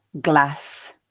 Glass